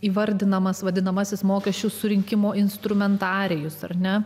įvardinamas vadinamasis mokesčių surinkimo instrumentarijus ar ne